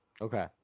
Okay